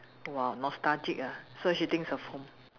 !wow! nostalgic ah so she thinks of home